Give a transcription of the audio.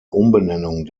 umbenennung